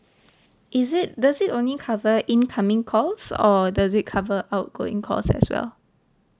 is it does it only cover incoming calls or does it cover outgoing calls as well